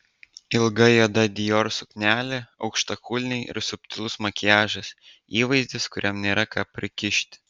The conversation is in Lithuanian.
ilga juoda dior suknelė aukštakulniai ir subtilus makiažas įvaizdis kuriam nėra ką prikišti